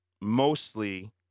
mostly